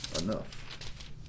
enough